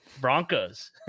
broncos